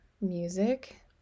music